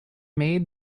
made